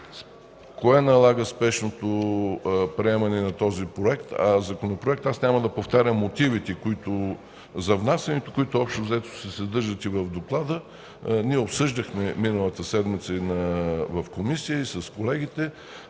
Кое налага спешното приемане на Законопроекта? Аз няма да повтарям мотивите за внасяне, които общо взето се съдържат и в доклада. Миналата седмица и в Комисията, и с колегите